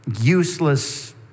useless